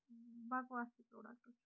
بکواس چھُ تھوڑا سُہ